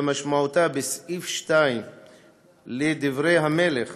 כמשמעותה בסעיף 2 לדברי המלך